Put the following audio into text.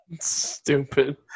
Stupid